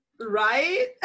right